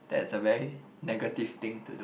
that's a very negative thing to do